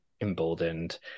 emboldened